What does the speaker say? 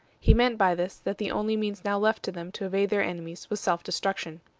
he meant by this that the only means now left to them to evade their enemies was self-destruction.